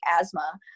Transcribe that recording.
asthma